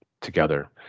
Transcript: together